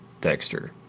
Dexter